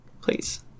please